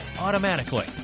automatically